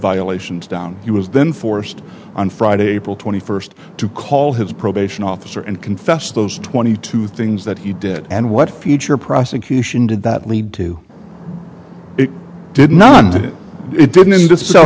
violations down he was then forced on friday april twenty first to call his probation officer and confess those twenty two things that he did and what future prosecution did that lead to it did not and it didn't interest so